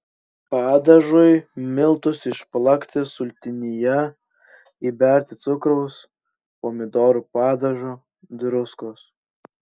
padažui miltus išplakti sultinyje įberti cukraus pomidorų padažo druskos